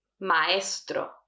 maestro